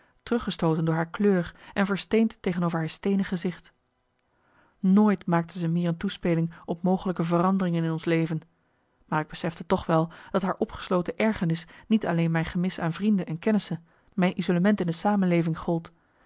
teruggestooten door haar kleur en versteend tegenover haar steenen gezicht nooit maakte ze meer een toespeling op mogelijke veranderingen in ons leven maar ik besefte toch wel dat haar opgesloten ergernis niet alleen mijn gemis aan vrienden en kennissen mijn isolement in de